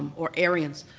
or aryans,